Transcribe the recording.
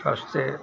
रास्ते